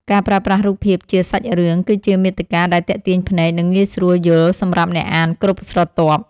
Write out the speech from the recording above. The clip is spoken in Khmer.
ការប្រើប្រាស់រូបភាពជាសាច់រឿង គឺជាមាតិកាដែលទាក់ទាញភ្នែក និងងាយស្រួលយល់សម្រាប់អ្នកអានគ្រប់ស្រទាប់។